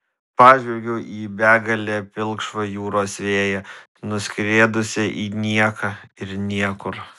pažvelgiau į begalinę pilkšvą jūros veją nusidriekusią į nieką ir niekur